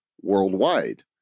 worldwide